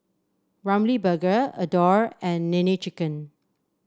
Ramly Burger Adore and Nene Chicken